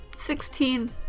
Sixteen